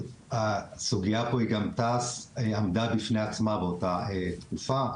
הסוגייה פה היא גם תעש עמדה בפני עצמה באותה תקופה,